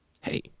hey